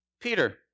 Peter